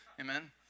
amen